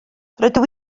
rydw